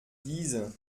diese